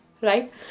right